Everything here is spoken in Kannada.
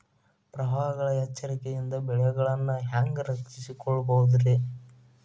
ಪ್ರವಾಹಗಳ ಎಚ್ಚರಿಕೆಯಿಂದ ಬೆಳೆಗಳನ್ನ ಹ್ಯಾಂಗ ರಕ್ಷಿಸಿಕೊಳ್ಳಬಹುದುರೇ?